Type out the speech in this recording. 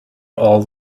all